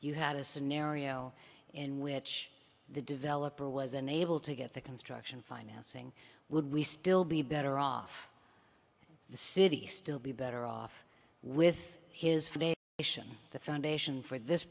you had a scenario in which the developer was unable to get the construction financing would we still be better off the city still be better off with his mission the foundation for this